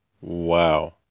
Wow